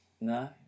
No